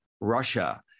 Russia